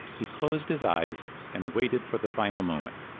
he closed his eyes and waited for the final moment.